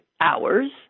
hours